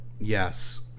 Yes